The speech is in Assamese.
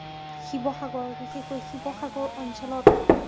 শিৱসাগৰ বিশেষকৈ শিৱসাগৰ অঞ্চলত